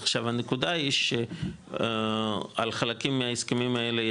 עכשיו הנקודה היא שעל חלקים מההסכמים האלה,